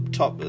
top